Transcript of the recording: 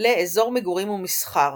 לאזור מגורים ומסחר